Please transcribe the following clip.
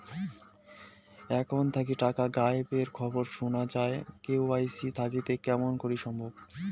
Account থাকি টাকা গায়েব এর খবর সুনা যায় কে.ওয়াই.সি থাকিতে কেমন করি সম্ভব?